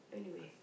anyway